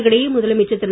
இதற்கிடையே முதலமைச்சர் திரு